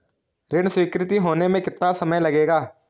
ऋण स्वीकृति होने में कितना समय लगेगा?